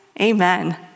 amen